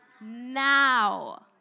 Now